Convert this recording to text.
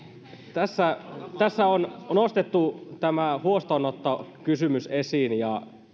tässä tässä on nostettu tämä huostaanottokysymys esiin ja